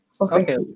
Okay